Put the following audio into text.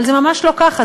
אבל זה ממש לא ככה,